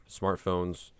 smartphones